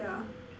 ya